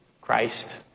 christ